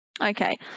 Okay